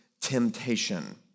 temptation